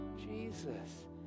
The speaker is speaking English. Jesus